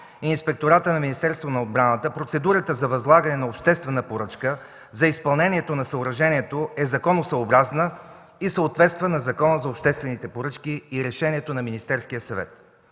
Инспектората на Министерството на отбраната процедурата за възлагане на обществена поръчка за изпълнението на съоръжението е законосъобразна и съответства на Закона за обществените поръчки и решението на Министерския съвет.